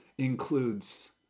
includes